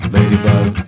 Ladybug